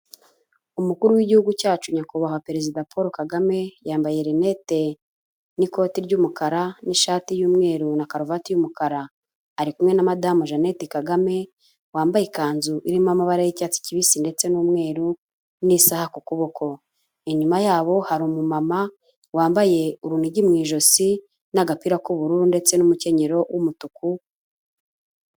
Umukuru w'Igihugu cyacu Nyakubahwa Perezida Paul Kagame, yambaye rinete n'ikoti ry'umukara n'ishati y'umweru na karuvati y'umukara, ari kumwe na Madamu Jeannette Kagame, wambaye ikanzu irimo amabara y'icyatsi kibisi ndetse n'umweru n'isaha ku kuboko. Inyuma yabo hari umumama wambaye urunigi mu ijosi n'agapira k'ubururu ndetse n'umukenyerero w'umutuku.